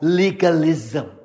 legalism